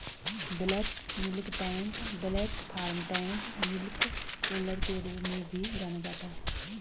bulk milk tank bulk farm tank milk cooler के रूप में भी जाना जाता है,